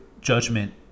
judgment